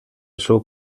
seu